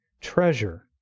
treasure